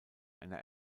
einer